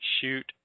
Shoot